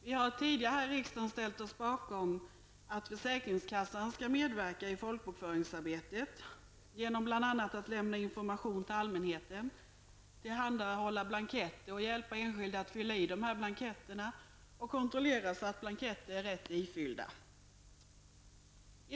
Vi har tidigare här i riksdagen ställt oss bakom att försäkringskassan skall medverka i folkbokföringsarbetet, bl.a. genom att lämna information till allmänheten, tillhandahålla blanketter och hjälpa enskilda att fylla i blanketterna eller kontrollera att dessa är rätt ifyllda.